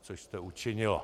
Což jste učinila.